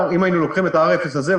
אם היינו לוקחים את ה-R אפס הזה,